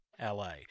la